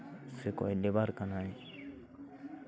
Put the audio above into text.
ᱥᱮ ᱚᱠᱚᱭ ᱞᱮᱵᱟᱨ ᱠᱟᱱᱟᱭ